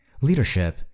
leadership